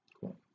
Cool